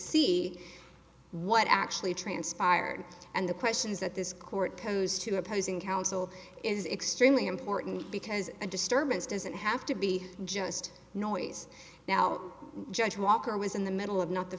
see what actually transpired and the questions that this court posed to opposing counsel is extremely important because a disturbance doesn't have to be just noise now judge walker was in the middle of not the